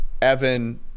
Evan